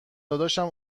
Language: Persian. داداشم